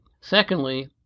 Secondly